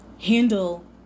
handle